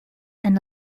and